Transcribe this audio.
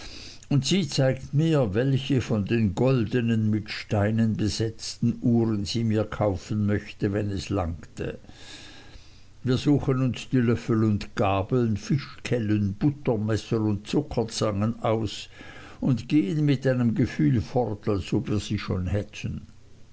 und sie zeigt mir welche von den goldnen mit steinen besetzten uhren sie mir kaufen möchte wenn es langte wir suchen uns die löffel und gabeln fischkellen buttermesser und zuckerzangen aus und gehen mit einem gefühl fort als ob wir sie schon hätten